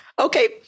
Okay